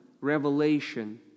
revelation